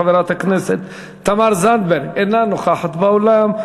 חברת הכנסת תמר זנדברג, אינה נוכחת באולם.